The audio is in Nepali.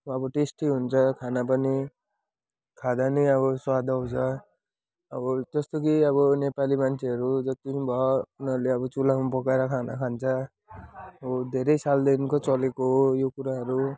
अब टेस्टी हुन्छ खाना पनि खाँदा पनि अब स्वाद आउँछ अब जस्तो कि अब नेपाली मान्छेहरू जति पनि भयो उनीहरूले अब चुलामा पकाएर खाना खान्छ हो धेरै सालदेखिको चलेको हो यो कुराहरू